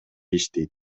иштейт